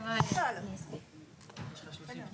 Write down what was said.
האמת היא שכתבתי הרבה דברים,